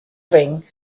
ring